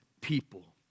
people